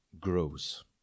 grows